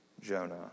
Jonah